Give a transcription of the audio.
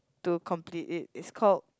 to complete i's called